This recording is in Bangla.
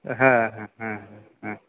হ্যাঁ হ্যাঁ হ্যাঁ হ্যাঁ